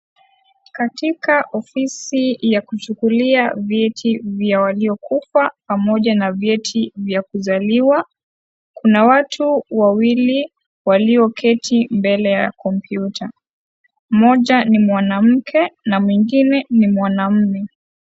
Katika ofisi ya kuchukuliwa vyeti vya waliokufa pamoja na vyeti vya kuzaliwa kuna watu wawili walioketi mbele ya kompyuta mmoja ni mwanamke na mwingine ni mwanaume.